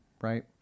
right